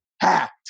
hacked